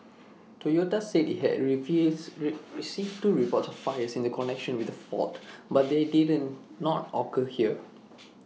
Toyota said IT had reviews received two reports of fires in connection with the fault but they didn't not occur here